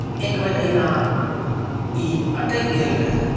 एकबेर अहिना ई अटकि गेल रहय